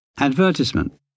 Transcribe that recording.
Advertisement